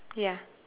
ya